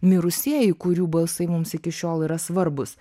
mirusieji kurių balsai mums iki šiol yra svarbūs